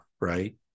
right